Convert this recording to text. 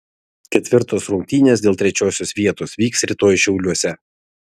ketvirtos rungtynės dėl trečiosios vietos vyks rytoj šiauliuose